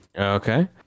Okay